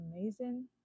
amazing